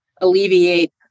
alleviate